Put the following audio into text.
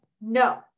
no